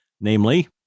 Namely